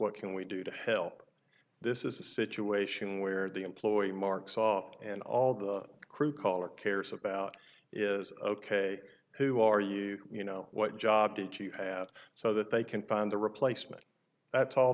what can we do to help this is a situation where the employee marks off and all the crew call or cares about is ok who are you you know what job did you have so that they can find the replacement that's all